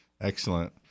Excellent